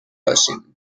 باشیم